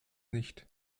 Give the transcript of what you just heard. nicht